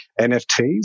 NFTs